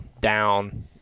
down